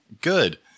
Good